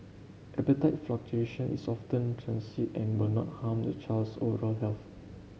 appetite fluctuation is often transient and will not harm the child's overall health